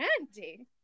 Andy